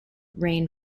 rain